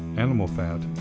animal fat?